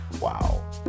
Wow